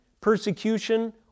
persecution